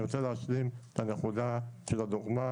אני רוצה להשלים את הנקודה של הדוגמה